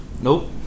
Nope